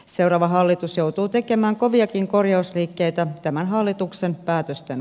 seuraava hallitus joutuu tekemään koviakin korjausliikkeitä tämän hallituksen päätösten